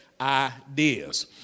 ideas